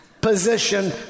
position